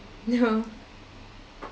no